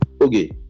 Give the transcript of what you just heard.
okay